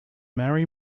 marry